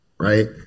Right